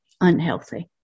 Unhealthy